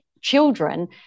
children